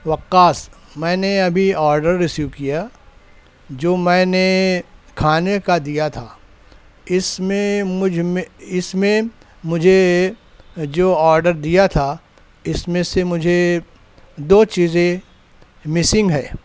وقاص میں نے ابھی آرڈر رسیو کیا جو میں نے کھانے کا دیا تھا اس میں مجھ میں اس میں مجھے جو آرڈر دیا تھا اس میں سے مجھے دو چیزیں مسنگ ہے